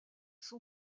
son